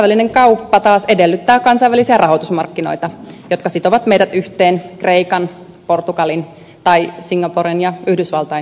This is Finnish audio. kansainvälinen kauppa taas edellyttää kansainvälisiä rahoitusmarkkinoita jotka sitovat meidät yhteen kreikan portugalin tai singaporen ja yhdysvaltain kanssa